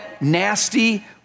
nasty